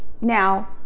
Now